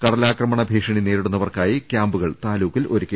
കടലാ ക്രമണ ഭീഷണി നേരിടുന്നവർക്കായി ക്യാമ്പുകളും താലൂക്കിൽ ഒരു ക്കി